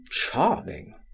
charming